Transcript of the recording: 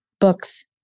books